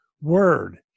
word